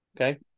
Okay